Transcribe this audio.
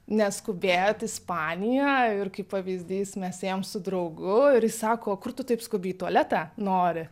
neskubėt ispanijoj ir kaip pavyzdys mes ėjom su draugu ir jis sako kur tu taip skubi į tualetą nori